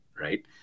right